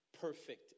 perfect